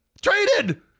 Traded